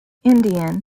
indian